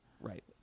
Right